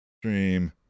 stream